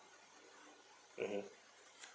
mmhmm